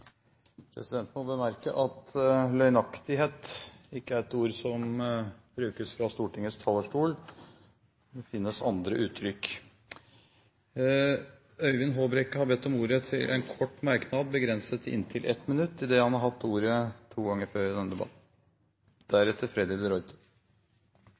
Presidenten må bemerke at «løgnaktighet» ikke er et ord som brukes fra Stortingets talerstol. Det finnes andre uttrykk. Representanten Øyvind Håbrekke har hatt ordet to ganger tidligere og får ordet til en kort merknad, begrenset til 1 minutt. Det